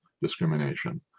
discrimination